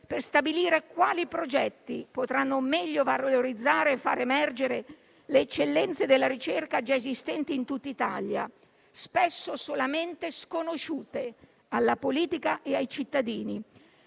per stabilire quali progetti potranno meglio valorizzare e far emergere le eccellenze della ricerca già esistenti in tutta Italia, spesso solamente sconosciute alla politica e ai cittadini.